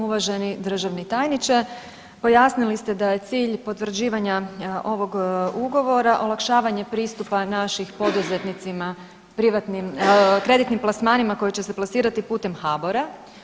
Uvaženi državni tajniče, pojasnili ste da je cilj potvrđivanja ovog ugovora olakšavanje pristupa našim poduzetnicima privatnim, kreditnim plasmanima koji će se plasirati putem HBOR-a.